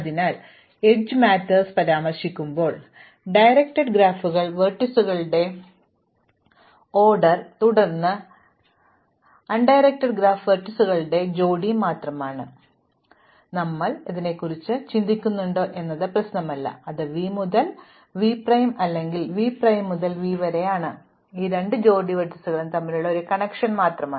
അതിനാൽ എഡ്ജ് കാര്യങ്ങൾ പരാമർശിക്കുമ്പോൾ ഡയറക്റ്റഡ് ഗ്രാഫുകൾ വെർട്ടീസുകളുടെ ക്രമം തുടർന്ന് പരോക്ഷമായ ഗ്രാഫ് വെർട്ടീസുകളുടെ ജോഡി മാത്രമാണ് നമ്മൾ അതിനെക്കുറിച്ച് ചിന്തിക്കുന്നുണ്ടോ എന്നത് പ്രശ്നമല്ല അത് v മുതൽ v പ്രൈം അല്ലെങ്കിൽ v പ്രൈം മുതൽ v വരെ ആണ് ഇത് ഈ രണ്ട് ജോഡി വെർട്ടീസുകൾ തമ്മിലുള്ള ഒരു കണക്ഷൻ മാത്രമാണ്